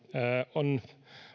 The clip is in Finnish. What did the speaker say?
on